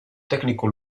tecnico